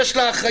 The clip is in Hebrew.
יש לה אחריות,